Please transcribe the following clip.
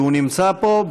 כי הוא נמצא פה.